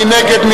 מי נגד?